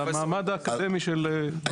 המעמד האקדמי של חנין ---.